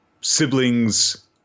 siblings